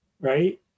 right